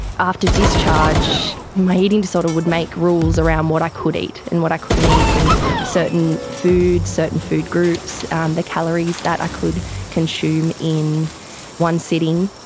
after discharge my eating disorder would make rules around what i could eat and what i couldn't eat, and certain foods, certain food groups, and the calories that i could consume in one sitting,